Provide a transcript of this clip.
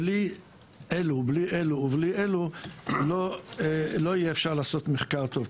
בלי אלה ובלי אלה לא יהיה אפשר לעשות מחקר טוב.